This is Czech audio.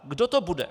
Kdo to bude?